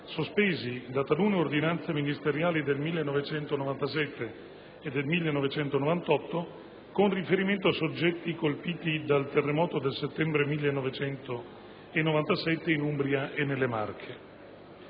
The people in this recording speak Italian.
sospesi da talune ordinanze ministeriali del 1997 e del 1998, con riferimento a soggetti colpiti dal terremoto del settembre 1997 in Umbria e nelle Marche.